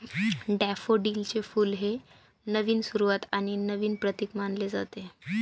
डॅफोडिलचे फुल हे नवीन सुरुवात आणि नवीन प्रतीक मानले जाते